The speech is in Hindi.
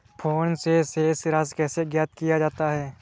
फोन से शेष राशि कैसे ज्ञात किया जाता है?